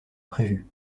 prévu